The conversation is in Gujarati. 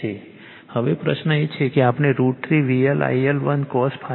હવે પ્રશ્ન એ છે કે આપણે √ 3 VL IL1 cos 1 P1 જાણીએ છીએ